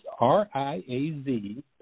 R-I-A-Z